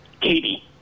Katie